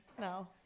No